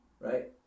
Right